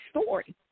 story